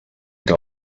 que